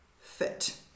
fit